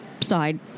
side